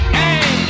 hey